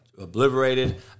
obliterated